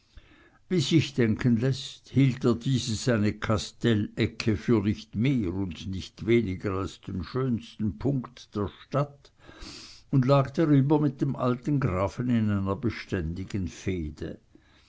wie sich denken läßt hielt er diese seine kastellecke für nicht mehr und nicht weniger als den schönsten punkt der stadt und lag darüber mit dem alten grafen in einer beständigen fehde